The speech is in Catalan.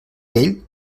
vell